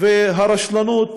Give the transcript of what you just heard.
והרשלנות